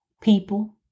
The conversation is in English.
people